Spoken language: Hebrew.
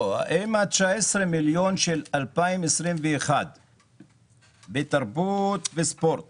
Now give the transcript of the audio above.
האם ה-19 מיליון של 2021 בתרבות וספורט